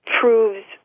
proves